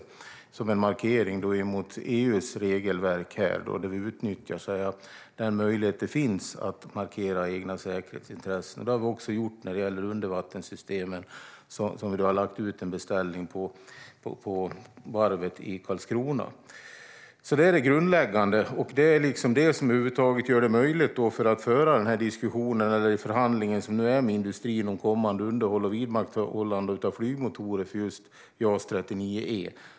Detta är en markering mot EU:s regelverk, där vi utnyttjar den möjlighet som finns att markera egna säkerhetsintressen. Det har vi också gjort när det gäller undervattenssystemen, där vi har lagt ut en beställning på varvet i Karlskrona. Detta är det grundläggande och det som över huvud taget gör det möjligt att föra den här diskussionen eller förhandlingen som nu pågår med industrin om kommande underhåll och vidmakthållande av flygmotorer för just JAS 39 E.